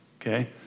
okay